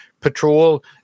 patrol